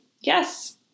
yes